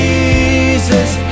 Jesus